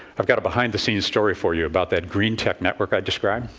i've got a behind-the-scenes story for you about that green tech network i described.